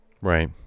right